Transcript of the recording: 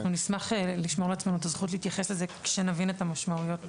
אנחנו נשמח לשמור לעצמנו את הזכות להתייחס לזה כאשר נבין את המשמעויות.